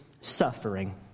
suffering